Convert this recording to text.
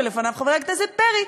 ולפניו חבר הכנסת פרי,